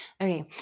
Okay